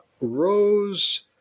Rose